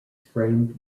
framed